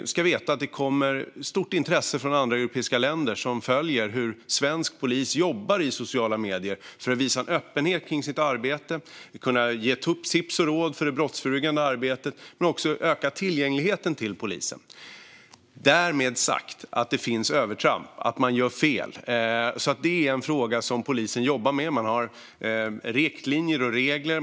Vi ska veta att det finns ett stort intresse från andra europeiska länder som följer hur svensk polis jobbar i sociala medier för att visa en öppenhet om sitt arbete och kunna ge tips och råd för det brottsförebyggande arbetet men också öka tillgängligheten till polisen. Därmed inte sagt att det inte finns övertramp eller att man inte gör fel. Det är en fråga som polisen jobbar med. Man har riktlinjer och regler.